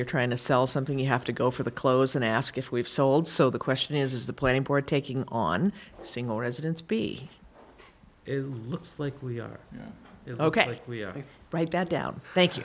you're trying to sell something you have to go for the clothes and ask if we've sold so the question is is the plane port taking on single residence be it looks like we are ok we i write that down thank you